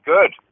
Good